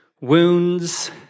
wounds